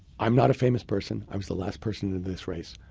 i'm not a famous person. i was the last person into this race.